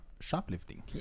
shoplifting